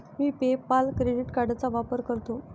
मी PayPal credit कार्डचा वापर करतो